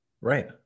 right